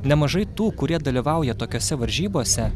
nemažai tų kurie dalyvauja tokiose varžybose